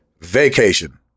Vacation